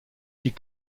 die